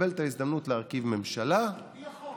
יקבל את ההזדמנות להרכיב ממשלה, על פי החוק.